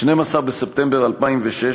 12 בספטמבר 2006,